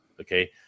Okay